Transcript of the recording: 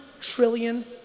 trillion